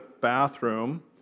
bathroom